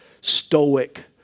stoic